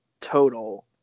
total